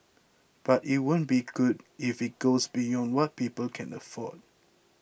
but it won't be good if it goes beyond what people can afford